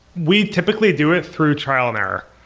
we typically do it through trial and error.